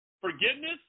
forgiveness